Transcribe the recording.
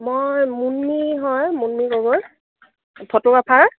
মই মুন্মী হয় মুন্মী গগৈ ফটোগ্ৰাফাৰ